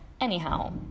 anyhow